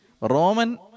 Roman